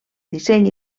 disseny